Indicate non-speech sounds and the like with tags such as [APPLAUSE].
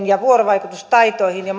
[UNINTELLIGIBLE] ja vuorovaikutustaidoille ja [UNINTELLIGIBLE]